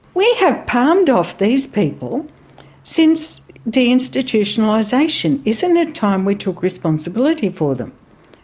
we have palmed off these people since deinstitutionalisation. isn't it time we took responsibility for them?